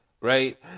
Right